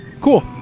Cool